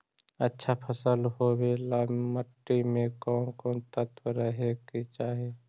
अच्छा फसल होबे ल मट्टी में कोन कोन तत्त्व रहे के चाही?